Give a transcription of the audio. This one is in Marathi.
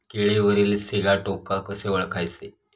केळीवरील सिगाटोका कसे ओळखायचे?